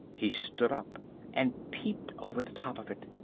he stood up and peeped over the top of it.